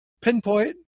pinpoint